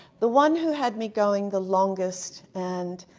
the one who had me going the longest and